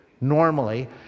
normally